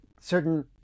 certain